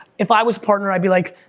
if i was partner i'd be like,